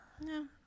No